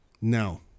Now